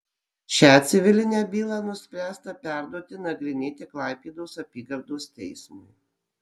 šią civilinę bylą nuspręsta perduoti nagrinėti klaipėdos apygardos teismui